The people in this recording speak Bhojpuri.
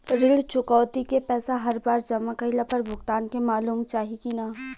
ऋण चुकौती के पैसा हर बार जमा कईला पर भुगतान के मालूम चाही की ना?